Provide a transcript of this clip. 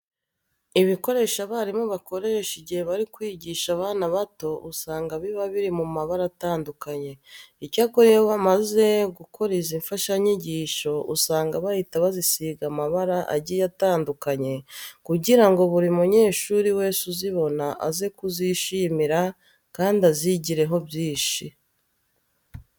Ibikoresho abarimu bakoresha igihe bari kwigisha abana bato usanga biba biri mu mabara atandukanye. Icyakora iyo bamaze gukora izi mfashanyigisho usanga bahita basiziga amabara agiye atandukanye kugira ngo buri munyeshuri wese uzibona aze kuzishimira kandi azigireho byinshi.